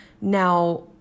Now